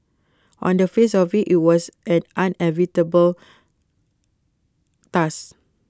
on the face of IT it was an unenviable task